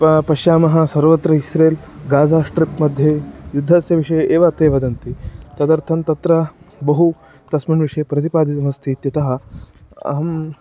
प पश्यामः सर्वत्र इस्रेल् गाज़ा श्ट्रिप् मध्ये युद्धस्य विषये एव अत्यन्तं वदन्ति तदर्थं तत्र बहु तस्मिन् विषये प्रतिपादितमस्ति इत्यतः अहं